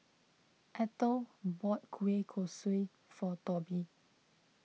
Eithel bought Kueh Kosui for Toby